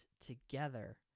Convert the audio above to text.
together